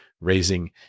raising